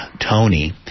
Tony